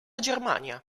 germania